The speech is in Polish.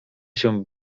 się